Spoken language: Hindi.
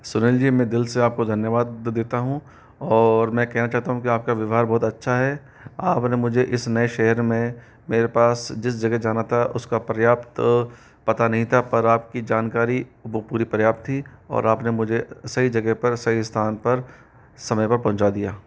सुनील जी मैं दिल से आपको धन्यवाद देता हूँ और मैं कहना चाहता हूँ कि आपका व्यवहार बहुत अच्छा है आपने मुझे इस नए शहर में मेरे पास जिस जगह जाना था उसका पर्याप्त पता नहीं था पर आपकी जानकारी वो पूरी पर्याप्त थी और आपने मुझे सही जगह पर सही स्थान पर समय पर पहुँचा दिया